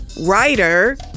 writer